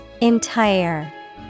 Entire